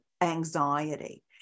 anxiety